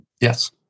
yes